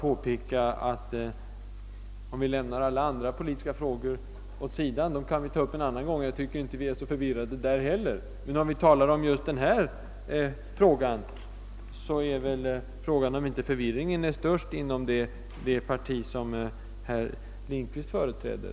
Om vi nu lämnar alla andra politiska frågor, som kan tas upp i andra sammanhang, åt sidan — där jag inte heller tycker vi är så förvirrade — och håller oss till just det här spörsmålet, är väl frågan om inte förvirringen är störst inom det parti som herr Lindkvist företräder.